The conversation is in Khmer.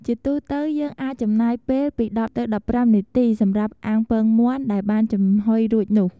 ជាទូទៅ យើងអាចចំណាយពេលពី ១០ទៅ១៥ នាទី សម្រាប់អាំងពងមាន់ដែលបានចំហុយរួចនោះ។